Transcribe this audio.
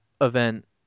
event